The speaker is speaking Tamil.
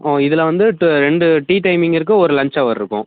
ஆ இதில் வந்து டூ ரெண்டு டீ டைமிங் இருக்கும் ஒரு லஞ்ச் அவர் இருக்கும்